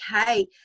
okay